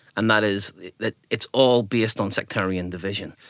and that is that it's all based on sectarian division.